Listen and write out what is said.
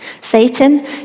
Satan